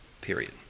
period